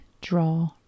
draw